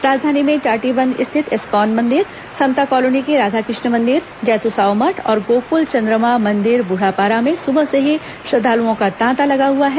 राजधानी में टाटीबंध स्थित इस्कॉन मंदिर समता कॉलोनी के राधा कृष्ण मंदिर जैतूसाव मठ और गोकुल चंद्रमा मंदिर ब्रुढ़ापारा में सुबह से ही श्रद्दालुओं का तांता लगा हुआ है